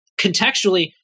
contextually